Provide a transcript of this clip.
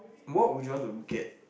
what would you want to get